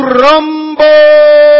rumble